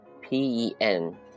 P-E-N